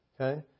okay